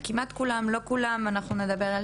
לא כולם אבל כמעט כולם ואנחנו נדבר על